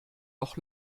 auch